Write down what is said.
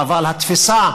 אבל התפיסה